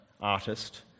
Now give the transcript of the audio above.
artist